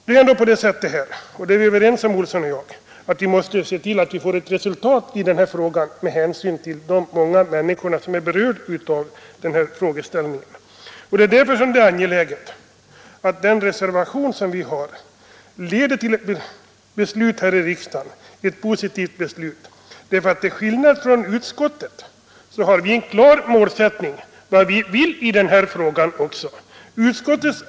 Det är ändå på det sättet — och det är vi överens om herr Olsson och jag — att vi måste få ett resultat i den här frågan med hänsyn till de många människor som berörs av den. Därför är det angeläget att den reservation som vi har avgivit leder till ett positivt beslut. Till skillnad från utskottets majoritet har vi reservanter en klar målsättning.